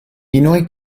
inoj